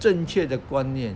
正确的观念